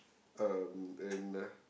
um and uh